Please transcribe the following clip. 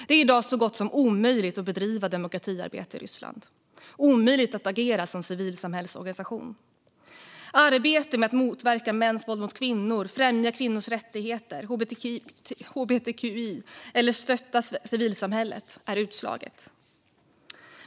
Det är i dag så gott som omöjligt att bedriva demokratiarbete i Ryssland och omöjligt att agera som civilsamhällesorganisation. Arbetet med att motverka mäns våld mot kvinnor, främja rättigheter för kvinnor och hbtqi-personer och stötta civilsamhället är utslaget.